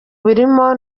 birimo